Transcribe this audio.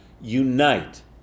unite